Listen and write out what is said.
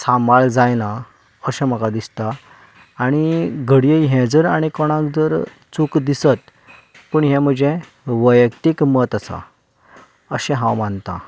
सांबाळ जायना अशें म्हाका दिसता आनी घडये हें जर आनी कोणाक जर चूक दिसत पूण हें म्हजें वैयक्तीक मत आसा अशें हांव मानतां